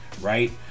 right